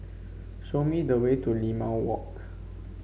show me the way to Limau Walk